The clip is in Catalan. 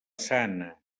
sana